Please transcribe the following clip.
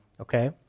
okay